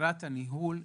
שדרת ניהול העסק,